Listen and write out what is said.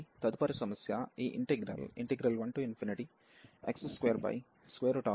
తదుపరి సమస్య ఈ ఇంటిగ్రల్ 1x2x51dx యొక్క కన్వర్జెన్స్ ను పరీక్షిస్తాము